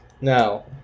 now